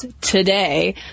today